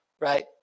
right